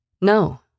No